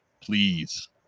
please